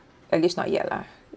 at least not yet lah